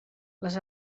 les